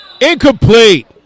Incomplete